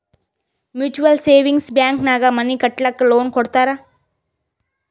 mutual savings bank ನಾಗ್ money ಕಟ್ಟಲಕ್ಕ್ loan ಕೊಡ್ತಾರ್